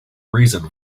reason